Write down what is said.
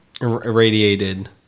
Irradiated